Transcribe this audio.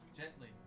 Gently